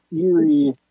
eerie